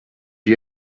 you